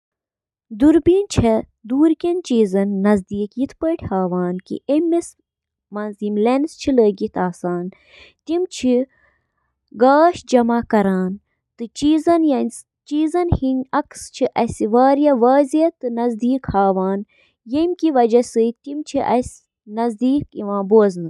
Hair dryer, چُھ اکھ electro mechanical آلہ یُس نم مَس پیٹھ محیط یا گرم ہوا چُھ وایان تاکہِ مَس خۄشٕک کرنہٕ خٲطرٕ چُھ آبُک بخارات تیز گژھان۔ ڈرائر چِھ پرتھ سٹرینڈ اندر عارضی ہائیڈروجن بانڈن ہنٛز تشکیل تیز تہٕ کنٹرول کرتھ، مس ہنٛز شکل تہٕ اندازس پیٹھ بہتر کنٹرولس قٲبل بناوان۔